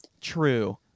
true